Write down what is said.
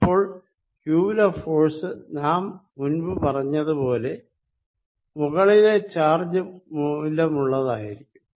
അപ്പോൾ q വിലെ force നാം മുൻപ് പറഞ്ഞത്പോലെ മുകളിലെ ചാർജ് മൂലമുള്ളതായിരിക്കും